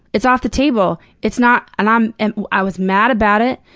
it's off the table. it's not and i'm and i was mad about it,